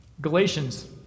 Galatians